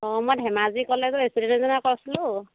অ' মই ধেমাজী কলেজৰ ষ্টুডেন্ট এজনীয়ে কৈছিলো